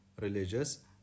religious